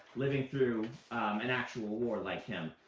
living through an actual war like him.